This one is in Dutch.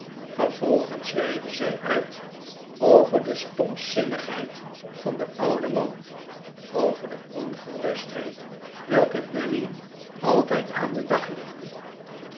vervolgens weidde zij uit over de stompzinnigheid van den ouden man over de ongerustheid welke nelly altijd aan den dag legde